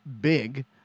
big